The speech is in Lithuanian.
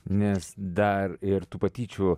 nes dar ir tų patyčių